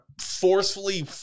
forcefully